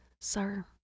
sir